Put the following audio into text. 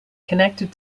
connected